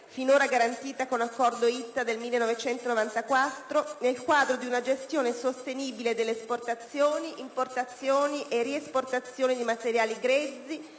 finora garantita con l'Accordo ITTA del 1994, nel quadro di una gestione sostenibile delle esportazioni, importazioni e riesportazioni di materiali grezzi,